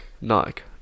Nike